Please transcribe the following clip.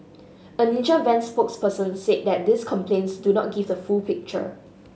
a Ninja Van spokesperson say that these complaints do not give the full picture